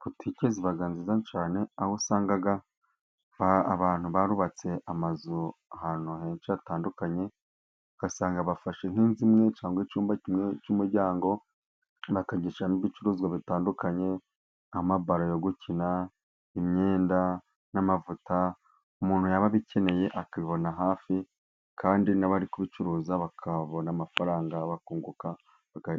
Butike iba nziza cyane, aho usanga abantu barubatse amazu ahantu henshi hatandukanye, ugasanga bafashe nk'inzu imwe, cyangwa icyumba kimwe cy'umuryango bagashyimo ibicuruzwa bitandukanye, nk'amabalo yo gukina, imyenda, n'amavuta, umuntu yaba abikeneye akabibona hafi . Kandi n'abari kubicuruza bakabona amafaranga bakunguka